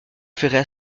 ferais